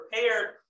prepared